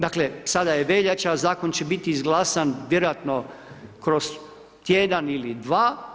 Dakle, sada je veljača, Zakon će biti izglasan vjerojatno kroz tjedan ili dva.